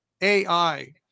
AI